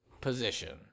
position